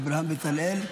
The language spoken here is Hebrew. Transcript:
אברהם בצלאל,